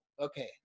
okay